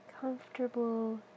comfortable